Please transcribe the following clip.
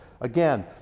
Again